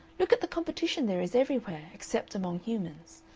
look at the competition there is everywhere, except among humans.